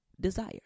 desire